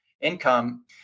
income